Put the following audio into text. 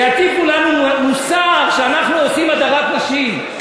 יטיפו לנו מוסר שאנחנו עושים הדרת נשים.